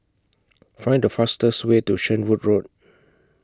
Find The fastest Way to Shenvood Road